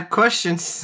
questions